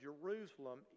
Jerusalem